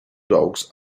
dogs